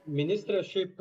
ministre šiaip